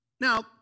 Now